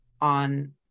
on